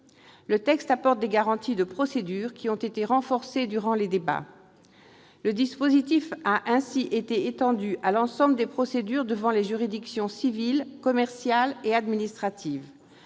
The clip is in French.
Le texte apporte des garanties de procédure qui ont été renforcées durant les débats. Le dispositif a ainsi été étendu à l'ensemble des procédures devant les juridictions civiles, commerciales et administratives.